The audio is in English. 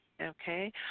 Okay